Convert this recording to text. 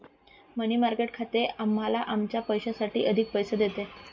मनी market खाते आम्हाला आमच्या पैशासाठी अधिक पैसे देते